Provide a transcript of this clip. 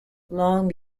long